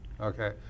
okay